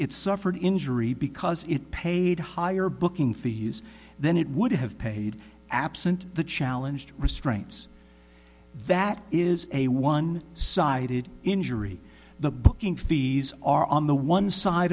it suffered injury because it paid higher booking fee use than it would have paid absent the challenged restraints that is a one sided injury the booking fees are on the one side